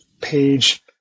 page